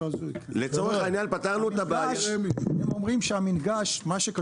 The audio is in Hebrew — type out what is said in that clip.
לצורך העניין פתרנו את הבעיה --- רמ"י אומרים שמה שקשור